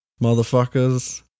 Motherfuckers